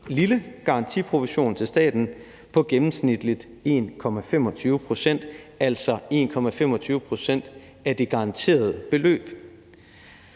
lille garantiprovision til staten på gennemsnitlig 1,25 pct., altså 1,25 pct. af det garanterede beløb.